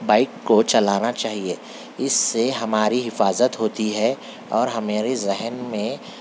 bike کو چلانا چاہیے اس سے ہماری حفاظت ہوتی ہے اور ہماری ذہن میں